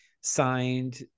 signed